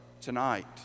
tonight